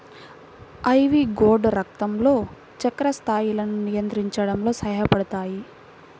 ivy gourd రక్తంలో చక్కెర స్థాయిలను నియంత్రించడంలో సహాయపడతాయి